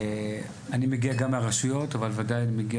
אני מגיע גם מהרשויות אבל בוודאי מגיע